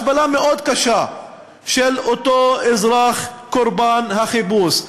השפלה מאוד קשה של אותו אזרח קורבן החיפוש.